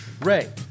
Ray